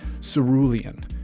Cerulean